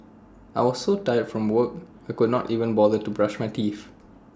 I was so tired from work I could not even bother to brush my teeth